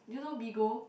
do you know Bigo